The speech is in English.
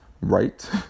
right